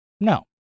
No